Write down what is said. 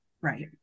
Right